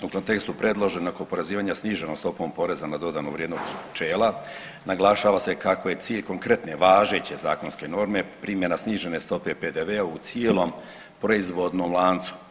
U kontekstu predloženog oporezivanja sniženom stopom poreza na dodanu vrijednost pčela naglašava se kako je cilj konkretne važeće zakonske norme primjena snižene stope PDV-a u cijelom proizvodnom lancu.